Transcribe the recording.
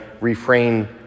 refrain